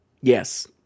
Yes